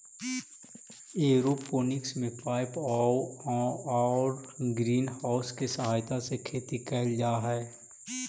aeroponics में pipe आउ greenhouse के सहायता से खेती कैल जा हइ